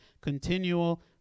continual